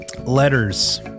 Letters